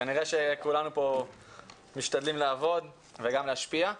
כנראה שכולנו פה משתדלים לעבוד וגם להשפיע.